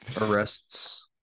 arrests